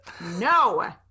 no